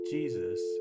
Jesus